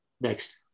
next